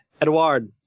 Edward